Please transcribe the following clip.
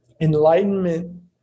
enlightenment